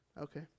Okay